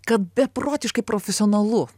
kad beprotiškai profesionalu